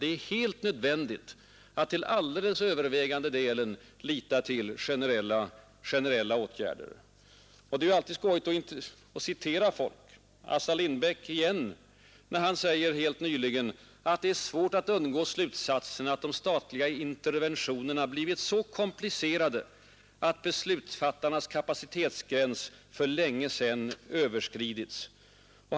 Det är helt nödvändigt att till alldeles övervägande del lita till generella åtgärder. Det är alltid skojigt att citera folk. Assar Lindbeck sade helt nyligen: ”Det är svårt att undgå slutsatsen att de statliga interventionerna blivit så komplicerade att beslutsfattarnas kapacitetsgräns för länge sedan överskridits.